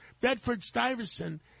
Bedford-Stuyvesant